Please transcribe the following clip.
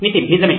నితిన్ నిజమే